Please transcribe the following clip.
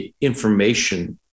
information